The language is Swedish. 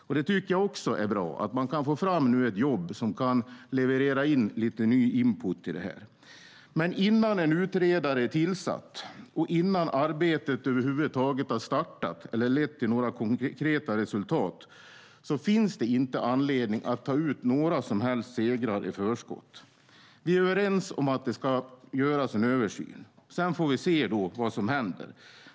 Jag tycker att det är bra att man nu kan göra ett jobb som kan leverera lite ny input i det här. Men innan en utredare är tillsatt och innan arbetet över huvud taget har startat eller lett till några konkreta resultat finns det inte anledning att ta ut några som helst segrar i förskott. Vi är överens om att det ska göras en översyn. Sedan får vi se vad som händer.